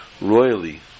royally